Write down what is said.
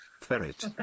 Ferret